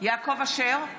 יעקב אשר,